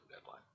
deadline